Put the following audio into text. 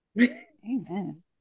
amen